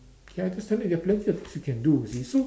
okay I just tell you you have plenty of things you can do you see so